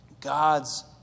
God's